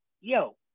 yo